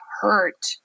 hurt